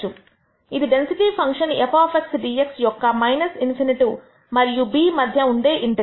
ఇది density function f dx యొక్క ∞ మరియు b మధ్య ఉండే ఇంటెగ్రల్